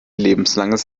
lebenslanges